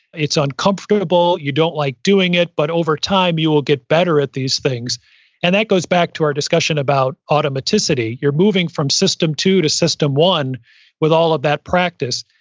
it's uncomfortable. you don't like doing it, but over time you will get better at these things and that goes back to our discussion about automaticity. you're moving from system two to system one with all of that practice.